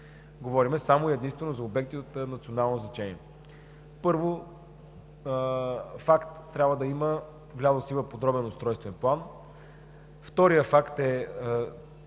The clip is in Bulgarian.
Говорим само и единствено за обекти от национално значение. Първият факт е, че трябва да има влязъл в сила подробен устройствен план. Вторият е